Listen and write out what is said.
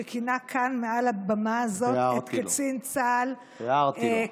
שכינה כאן מעל הבמה הזאת את קצין צה"ל קלגס,